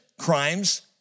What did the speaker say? crimes